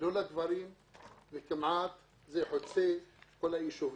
לא לגברים וזה חוצה כמעט את כל היישובים.